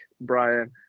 Brian